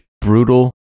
brutal